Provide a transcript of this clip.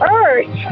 earth